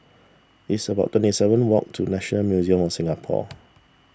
it's about twenty seven walk to National Museum of Singapore